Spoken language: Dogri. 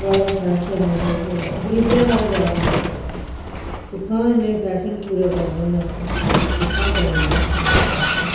बड़ा फैशन ऐ भाई बड़ा गरीबें ताईं बड़ा मुश्कल ऐ कुत्थुआं इ'न्ने फैशन पूरे करने न असें कुत्थुआं करने इ'न्ने पूरे फैशन